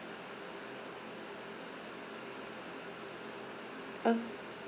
uh